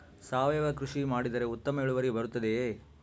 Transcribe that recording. ಸಾವಯುವ ಕೃಷಿ ಮಾಡಿದರೆ ಉತ್ತಮ ಇಳುವರಿ ಬರುತ್ತದೆಯೇ?